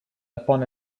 upon